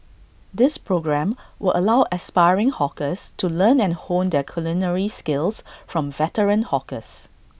this programme will allow aspiring hawkers to learn and hone their culinary skills from veteran hawkers